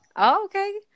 okay